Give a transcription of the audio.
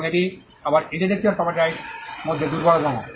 এবং এটি আবার ইন্টেলেকচুয়াল প্রপার্টি রাইটস মধ্যে দুর্বলতম